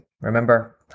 Remember